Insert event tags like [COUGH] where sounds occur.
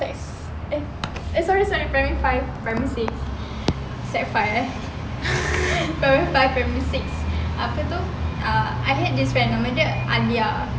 sec eh eh sorry sorry primary five primary six sec five eh [LAUGHS] primary five primary six apa tu uh I had this friend nama dia alia